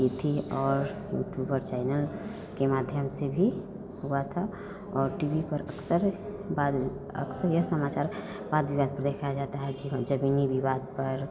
की थी और यूट्यूबर चैनल के माध्यम से भी हुआ था और टी वी पर अक्सर बाद में अक्सर यह समाचार वाद विवाद भी देखा जाता है जीवन जमीनी विवाद पर